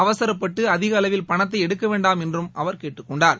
அவரப்பட்டு அதிக அளவில் பணத்தை எடுக்க வேண்டாம் என்றும் அவர் கேட்டுக்கொண்டார்